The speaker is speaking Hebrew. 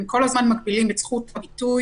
אתם כל הזמן מגבילים את זכות הביטוי.